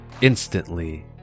instantly